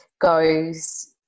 goes